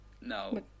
no